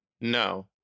no